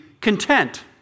content